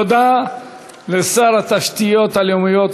תודה לשר התשתיות הלאומיות,